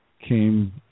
came